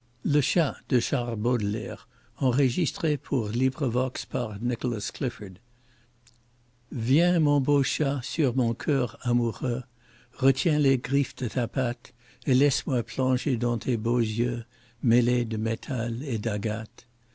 viens mon beau chat sur mon coeur amoureux retiens les griffes de ta patte et laisse-moi plonger dans tes beaux yeux mêlés de métal et d'agate